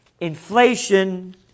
Inflation